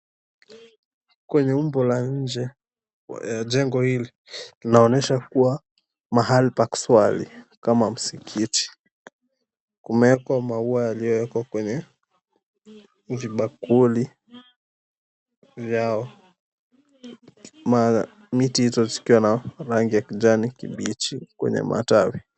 Kwenye umbo la nje 𝑗𝑒𝑛𝑔𝑜 ℎ𝑖𝑙𝑖 linaonesha kuwa mahali pa kusali kama msikiti. 𝐾umewek𝑤a maua 𝑦𝑎𝑙𝑖𝑦𝑜𝑤𝑒𝑘𝑤𝑎 kwenye vibakuli vyao miti hizo zikiwa na rangi ya kijani kibichi kwenye matawi.